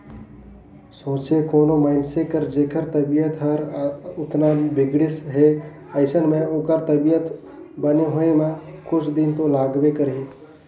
सोंचे कोनो मइनसे के जेखर तबीयत हर अतना बिगड़िस हे अइसन में ओखर तबीयत बने होए म कुछ दिन तो लागबे करही